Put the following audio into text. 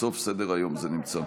בסוף סדר-היום זה נמצא.